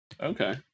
Okay